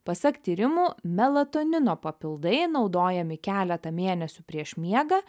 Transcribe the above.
pasak tyrimų melatonino papildai naudojami keletą mėnesių prieš miegą